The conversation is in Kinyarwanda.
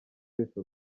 wese